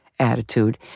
attitude